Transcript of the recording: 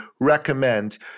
recommend